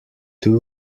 too